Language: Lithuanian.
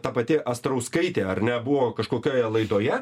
ta pati astrauskaitė ar ne buvo kažkokioje laidoje